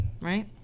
Right